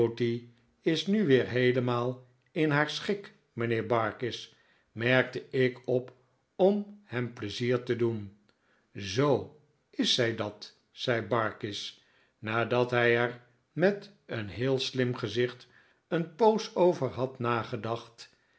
is nu weer heelemaal in haar schik mijnheer barkis merkte ik op om hem pleizier te doen zoo is zij dat zei barkis nadat hij er met een heel slim gezicht een poos over had nagedacht